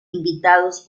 invitados